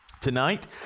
Tonight